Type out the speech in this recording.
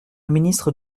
ministre